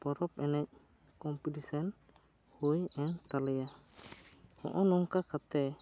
ᱯᱚᱨᱚᱵᱽ ᱮᱱᱮᱡ ᱠᱚᱢᱯᱤᱴᱤᱥᱟᱱ ᱦᱩᱭ ᱮᱱ ᱛᱟᱞᱮᱭᱟ ᱦᱚᱜᱼᱚᱭ ᱱᱚᱝᱠᱟ ᱠᱟᱛᱮ